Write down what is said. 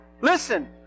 listen